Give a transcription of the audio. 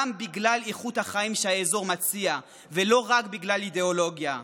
בגלל איכות החיים שהאזור מציע ולא רק בגלל אידיאולוגיה.